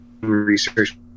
research